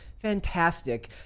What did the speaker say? fantastic